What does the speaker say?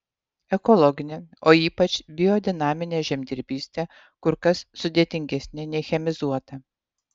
ekologinė o ypač biodinaminė žemdirbystė kur kas sudėtingesnė nei chemizuota